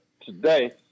today